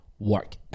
work